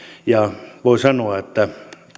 voi sanoa että